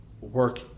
work